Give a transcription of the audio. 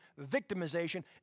victimization